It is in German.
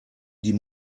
die